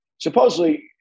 Supposedly